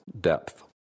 depth